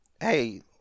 Hey